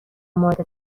مورد